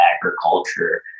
agriculture